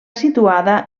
situada